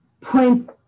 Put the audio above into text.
point